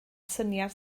syniad